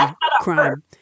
crime